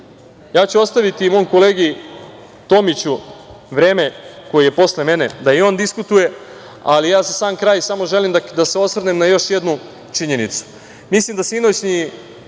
ću ostaviti mom kolegi Tomiću vreme, koji je posle mene, da i on diskutuje, ali ja za sam kraj želim da se osvrnem na još jednu činjenicu. Sinoćna